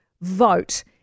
vote